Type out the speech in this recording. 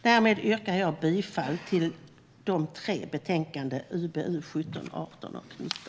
Därmed yrkar jag bifall till förslagen i de tre betänkandena UbU17, 18 och 19.